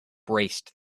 braced